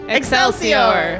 Excelsior